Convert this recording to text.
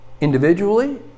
individually